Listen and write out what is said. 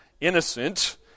innocent